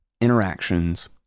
interactions